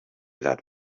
that